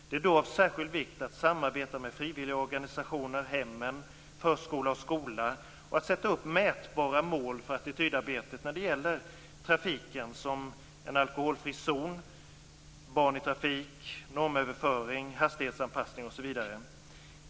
Det är då av särskild vikt att samarbeta med frivilligorganisationer, hemmen, förskola och skola, och att sätta upp mätbara mål för attitydarbetet när det gäller trafiken, som en alkoholfri zon, barn i trafik, normöverföring, hastighetsanpassning osv.